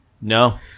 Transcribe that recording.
No